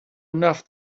enough